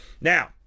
Now